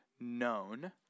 known